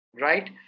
Right